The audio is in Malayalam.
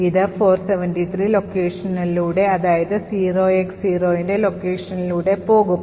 ഇത് 473 ലൊക്കേഷനിലൂടെ 0X0ൻറെത് പോകും